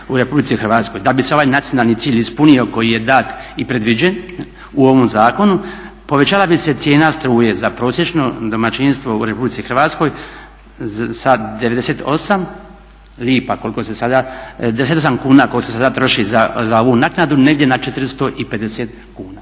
da bi se ovaj nacionalni cilj ispunio koji je dat i predviđen u ovom zakonu, povećala bi se cijena struje za prosječno domaćinstvo u RH sa 98 kuna koliko se sada troši za ovu naknadu negdje na 450 kuna.